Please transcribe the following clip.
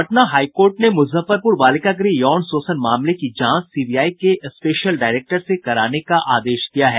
Patna high court ने मुजफ्फरपुर बालिका गृह यौन शोषण मामले की जांच सीबीआई के स्पेशल डायरेक्टर से कराने का आदेश दिया है